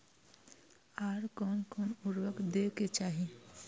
आर कोन कोन उर्वरक दै के चाही?